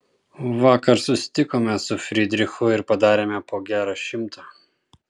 vakar susitikome su fridrichu ir padarėme po gerą šimtą